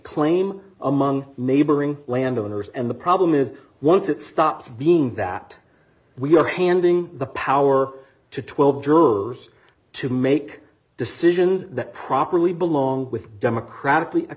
claim among neighboring landowners and the problem is once it stops being that we are handing the power to twelve jurors to make decisions that properly belong with democratically